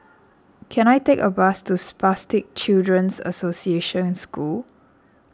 can I take a bus to Spastic Children's Association School